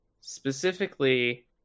specifically